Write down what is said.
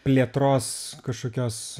plėtros kažkokios